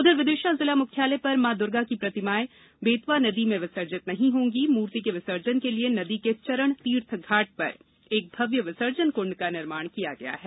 उधर विदिशा जिला मुख्यालय पर माँ दुर्गा की प्रतिमाएं वेतवा नदी में विसर्जित नही होगी मूर्तियों के विसर्जन के लिए नदी के चरण तीर्थ घाट पर एक भव्य विसर्जन कंड का निर्माण किया है